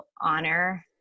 honor